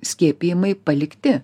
skiepijimai palikti